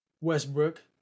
Westbrook